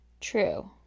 True